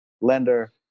lender